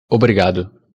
obrigado